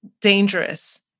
dangerous